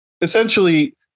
essentially